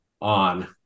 on